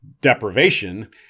deprivation